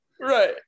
Right